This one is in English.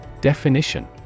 Definition